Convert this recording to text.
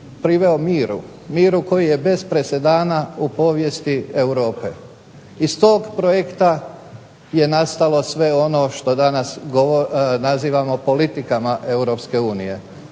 priveo miru. Miru koji je bez presedana u povijesti Europe. Iz tog projekta je nastalo sve ono što danas nazivamo politikama EU.